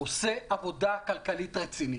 עושה עבודה כלכלית רצינית.